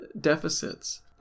deficits